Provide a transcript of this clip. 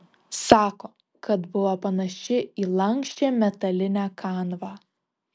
sako kad buvo panaši į lanksčią metalinę kanvą